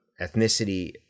ethnicity